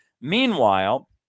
Meanwhile